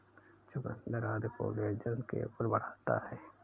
चुकुन्दर आदि collagen level बढ़ाता है